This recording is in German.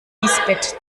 kiesbett